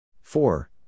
Four